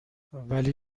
ولی